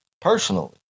personally